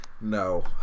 no